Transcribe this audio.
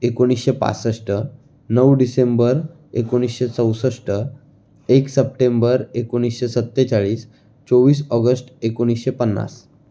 एकोणीसशे पासष्ट नऊ डिसेंबर एकोणीसशे चौसष्ट एक सप्टेंबर एकोणीसशे सत्तेचाळीस चोवीस ऑगस्ट एकोणीसशे पन्नास